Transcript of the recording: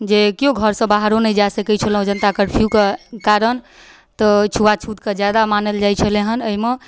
जे केओ घरसँ बाहरो नहि जा सके छलहुँ जनता कर्फ्यूके कारण तऽ छूआछूतके जादा मानल जाइ छलै हन अइमे